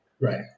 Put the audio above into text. right